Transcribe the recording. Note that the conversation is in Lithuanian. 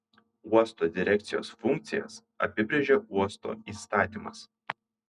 uosto direkcijos funkcijas apibrėžia uosto įstatymas